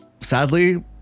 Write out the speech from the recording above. sadly